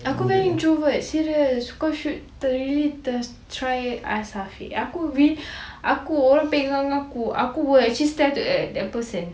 aku memang introvert serious kau should really to try ask afiq aku orang pegang aku aku will actually stare at that person